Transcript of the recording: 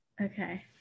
Okay